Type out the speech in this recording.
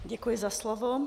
Děkuji za slovo.